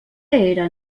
era